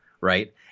right